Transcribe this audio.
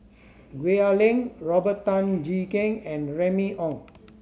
Gwee Ah Leng Robert Tan Jee Keng and Remy Ong